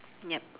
yup